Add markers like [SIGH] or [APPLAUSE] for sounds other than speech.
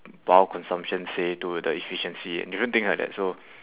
consumption say to the efficiency different things like that so [BREATH]